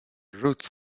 ruth